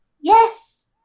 Yes